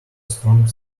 strong